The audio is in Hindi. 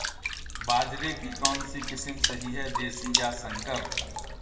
बाजरे की कौनसी किस्म सही हैं देशी या संकर?